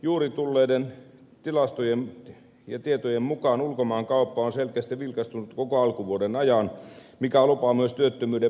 juuri tulleiden tilastojen ja tietojen mukaan ulkomaankauppa on selkeästi vilkastunut koko alkuvuoden ajan mikä lupaa myös työttömyyden vähenemistä